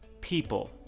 people